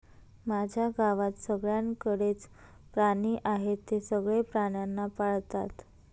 माझ्या गावात सगळ्यांकडे च प्राणी आहे, ते सगळे प्राण्यांना पाळतात